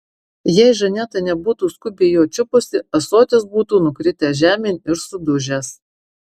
jei žaneta nebūtų skubiai jo čiupusi ąsotis būtų nukritęs žemėn ir sudužęs